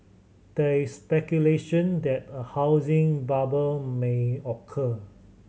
there is speculation that a housing bubble may occur